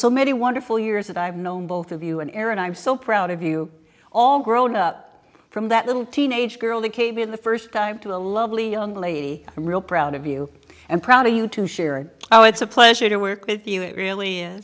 so many wonderful years that i've known both of you in error and i'm so proud of you all grown up from that little teenage girl that came in the first time to a lovely young lady i'm real proud of you and proud to you to share oh it's a pleasure to work with you it really is